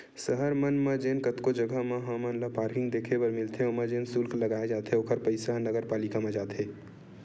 सहर मन म जेन कतको जघा म हमन ल पारकिंग देखे बर मिलथे ओमा जेन सुल्क लगाए जाथे ओखर पइसा ह नगरपालिका म जाथे